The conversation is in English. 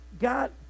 God